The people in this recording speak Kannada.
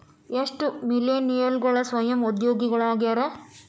ಎಷ್ಟ ಮಿಲೇನಿಯಲ್ಗಳ ಸ್ವಯಂ ಉದ್ಯೋಗಿಗಳಾಗ್ಯಾರ